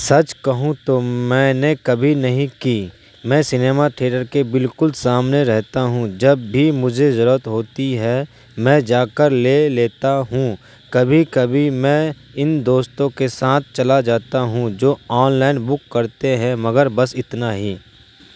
سچ کہوں تو میں نے کبھی نہیں کی میں سنیما تھیٹر کے بالکل سامنے رہتا ہوں جب بھی مجھے ضرورت ہوتی ہے میں جا کر لے لیتا ہوں کبھی کبھی میں ان دوستوں کے ساتھ چلا جاتا ہوں جو آن لائن بک کرتے ہیں مگر بس اتنا ہی